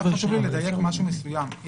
רק חשוב לי לדייק משהו מסוים.